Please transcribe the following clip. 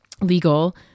legal